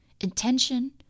intention